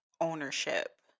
ownership